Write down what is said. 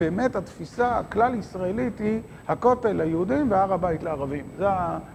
באמת התפיסה הכלל-ישראלית היא הכותל ליהודים והר הבית לערבים.